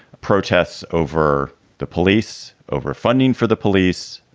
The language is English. protests over the police, over funding for the police,